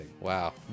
Wow